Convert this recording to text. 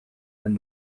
and